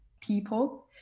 people